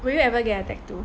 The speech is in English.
will you ever get a tattoo